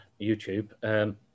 YouTube